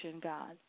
God